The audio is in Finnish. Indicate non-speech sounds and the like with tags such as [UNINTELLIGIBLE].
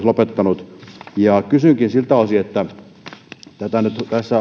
[UNINTELLIGIBLE] lopettanut kysynkin siltä osin kun tätä nyt tässä lakialoitteessa